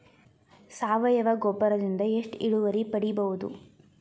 ಸಾವಯವ ಗೊಬ್ಬರದಿಂದ ಎಷ್ಟ ಇಳುವರಿ ಪಡಿಬಹುದ?